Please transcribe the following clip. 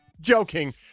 Joking